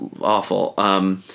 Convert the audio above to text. awful